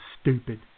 stupid